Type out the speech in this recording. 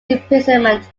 imprisonment